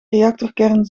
reactorkern